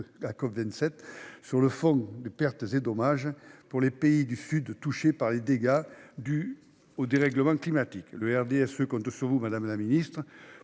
la COP27 sur le fonds « pertes et dommages » destiné aux pays du Sud touchés par les dégâts dus au dérèglement climatique. Le RDSE compte sur vous, madame la ministre,